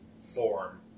form